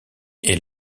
est